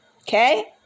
okay